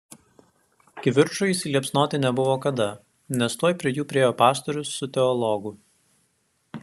kivirčui įsiliepsnoti nebuvo kada nes tuoj prie jų priėjo pastorius su teologu